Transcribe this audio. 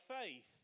faith